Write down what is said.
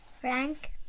frank